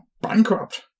bankrupt